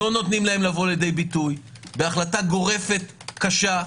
לא נותנים להם לבוא לידי ביטוי בהחלטה גורפת, קשה,